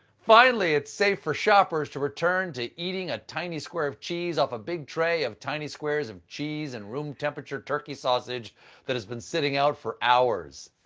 finally! it is safe for shoppers to return to eating a tiny square of cheese off a big tray of tiny squares of cheese and room-temperature turkey sausage that has been sitting out for hours.